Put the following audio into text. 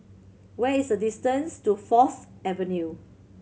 where is the distance to Fourth Avenue